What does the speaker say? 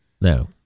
no